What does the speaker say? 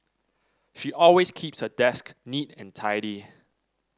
she always keeps her desk neat and tidy